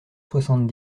soixante